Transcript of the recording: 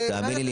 תאמיני לי,